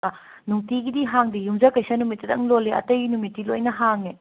ꯑꯥ ꯅꯨꯡꯇꯤꯒꯤꯗꯤ ꯍꯥꯡꯗꯦ ꯌꯨꯝꯖꯀꯩꯁ ꯅꯨꯃꯤꯠꯇꯗꯪ ꯂꯣꯜꯂꯦ ꯑꯇꯩ ꯅꯨꯃꯤꯠꯇꯤ ꯂꯣꯏꯅ ꯍꯥꯡꯉꯦ